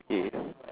yeah